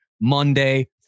Monday